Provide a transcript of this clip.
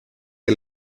que